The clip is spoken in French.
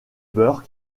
beurre